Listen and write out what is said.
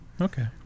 Okay